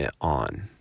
on